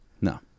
No